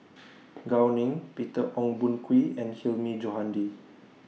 Gao Ning Peter Ong Boon Kwee and Hilmi Johandi